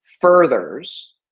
furthers